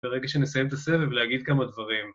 ברגע שנסיים את הסבב להגיד כמה דברים.